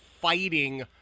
fighting